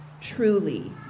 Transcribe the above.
truly